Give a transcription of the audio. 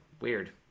weird